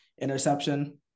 interception